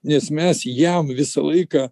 nes mes jam visą laiką